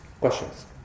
Questions